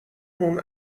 اون